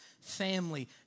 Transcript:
family